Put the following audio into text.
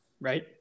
right